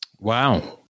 Wow